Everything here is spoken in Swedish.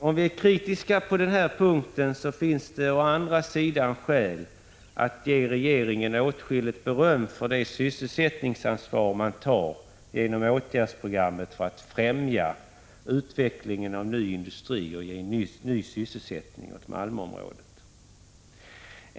Om vi är kritiska på den här punkten, finns det å andra sidan skäl att ge regeringen åtskilligt beröm för det sysselsättningsansvar som man tar genom åtgärdsprogrammet för att främja utvecklingen av ny industri och skapa ny sysselsättning i Malmöområdet.